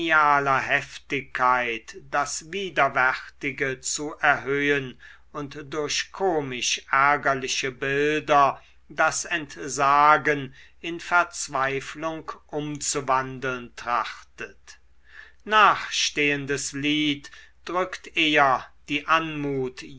heftigkeit das widerwärtige zu erhöhen und durch komisch ärgerliche bilder das entsagen in verzweiflung umzuwandeln trachtet nachstehendes lied drückt eher die anmut